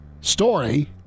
Story